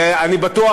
ואני בטוח,